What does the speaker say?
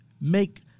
make